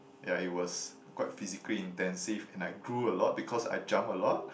ya it was quite physically intensive and I grew a lot because I jump a lot